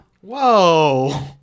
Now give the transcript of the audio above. Whoa